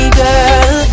girl